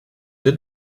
did